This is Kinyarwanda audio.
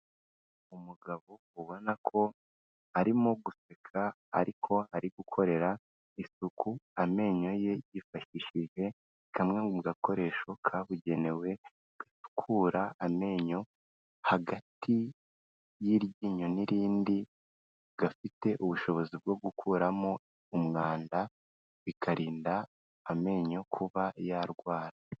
Umugabo ubona ko arimo guseka, ariko ari gukorera isuku amenyo ye yifashishije kamwe mu gakoresho kabugenewe, gasukura amenyo hagati y'iryinyoni n'indi, gafite ubushobozi bwo gukuramo umwanda, bikarinda amenyo kuba yarwara.